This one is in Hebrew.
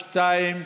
שניים,